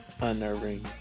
unnerving